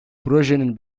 projenin